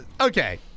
Okay